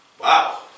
Wow